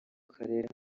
karere